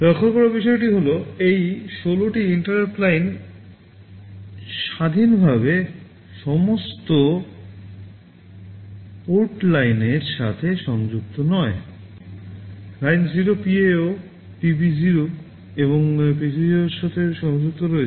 লক্ষ্য করার বিষয়টি হল এই 16 টিinterruptলাইনগুলি স্বাধীনভাবে সমস্ত পোর্ট লাইনের সাথে সংযুক্ত নয় লাইন 0 PA0 PB0 এবং PC0 এর সাথে সংযুক্ত রয়েছে